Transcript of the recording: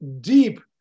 deep